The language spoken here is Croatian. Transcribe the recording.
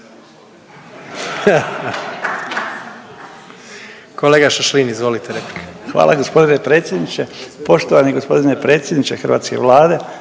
Hvala gospodine predsjedniče. Poštovani gospodine predsjedniče hrvatske Vlade,